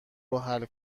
روحل